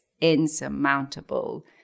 insurmountable